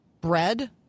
bread